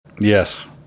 Yes